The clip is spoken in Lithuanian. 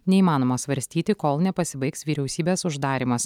neįmanoma svarstyti kol nepasibaigs vyriausybės uždarymas